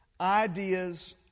ideas